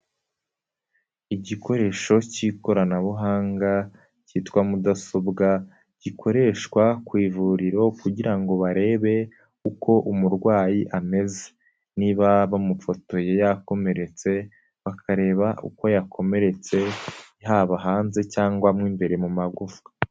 Igikoresho cy'ikoranabuhanga cyitwa mudasobwa gikoreshwa ku ivuriro kugira ngo barebe uko umurwayi ameze, niba bamufotoye yakomeretse bakareba uko yakomeretse, yababa hanze cyangwa mo imbere mu magufwa.